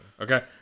Okay